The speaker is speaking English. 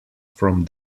from